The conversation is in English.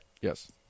Yes